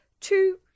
two